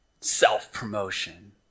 Self-promotion